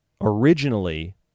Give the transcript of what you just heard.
originally